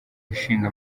ishinga